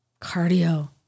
Cardio